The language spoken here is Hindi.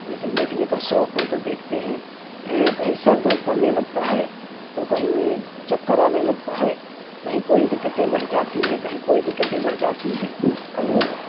लेकिन देखने का शौक है तो देखते हैं कहीं सर दर्द करने लगता है तो कहीं चक्कर आने लगता है कहीं कोई दिक्कतें बढ़ जाती हैं कहीं कोई दिक्कतें बढ़ जाती हैं और